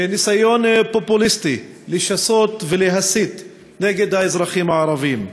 וניסיון פופוליסטי לשסות ולהסית נגד האזרחים הערבים.